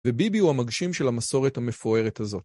וביבי הוא המגשים של המסורת המפוארת הזאת.